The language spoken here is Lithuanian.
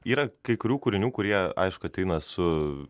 yra kai kurių kūrinių kurie aišku ateina su